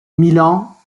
milan